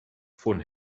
von